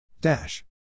Dash